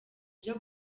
byo